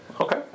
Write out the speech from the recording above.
Okay